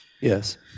Yes